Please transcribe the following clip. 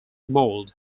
mold